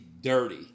dirty